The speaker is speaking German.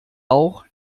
auch